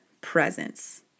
presence